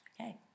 okay